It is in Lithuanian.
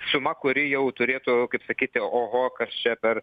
suma kuri jau turėtų jau kaip sakyti oho kas čia per